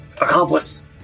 Accomplice